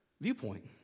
viewpoint